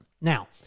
Now